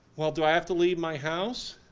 well, do i have to leave my house?